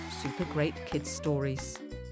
supergreatkidsstories